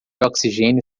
oxigênio